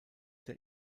der